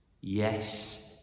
Yes